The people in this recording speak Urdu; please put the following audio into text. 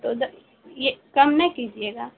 تو یہ کم نہ کیجیے گا